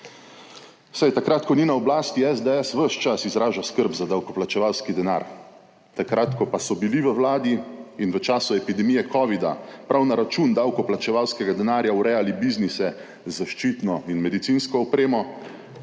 Saj takrat, ko ni na oblasti SDS, ves čas izraža skrb za davkoplačevalski denar, takrat, ko pa so bili v vladi in v času epidemije covida, prav na račun davkoplačevalskega denarja urejali biznise z zaščitno in medicinsko opremo